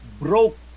broke